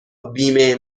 بیمه